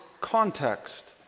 context